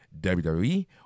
WWE